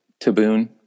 Taboon